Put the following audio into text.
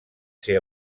ser